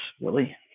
Willie